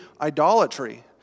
idolatry